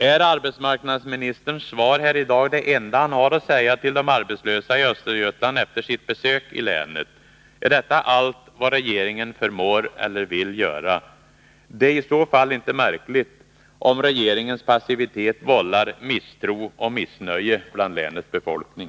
Ärarbetsmarknadsministerns svar här i dag det enda han har att säga till de arbetslösa i Östergötland efter sitt besök i länet? Är detta allt vad regeringen förmår eller vill göra? Det är i så fall inte märkligt om regeringens passivitet vållar misstro och missnöje bland länets befolkning.